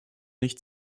nicht